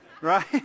Right